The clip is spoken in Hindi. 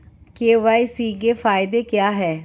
के.वाई.सी के फायदे क्या है?